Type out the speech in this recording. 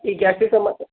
ಈ ಗ್ಯಾಸ್ಟಿಕ್ ಸಮಸ್ಯೆ